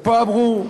ופה אמרו: